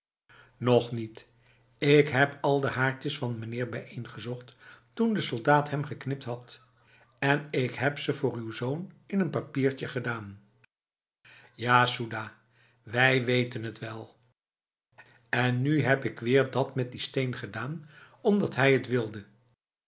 nog niet ik heb al de haartjes van meneer bijeengezocht toen de soldaat hem geknipt had en ik heb ze voor uw zoon in een papiertje gedaan ja soedah wij weten het wel en nu heb ik weer dat met die steen gedaan omdat hij het wilde